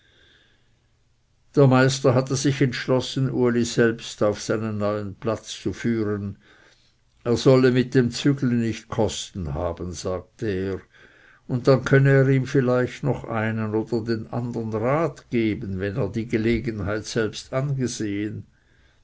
der meister hatte sich entschlossen uli selbst auf seinen neuen platz zu führen er solle mit dem züglen nicht kosten haben sagte er und dann könne er ihm vielleicht einen oder den andern rat geben wenn er die gelegenheit selbst angesehen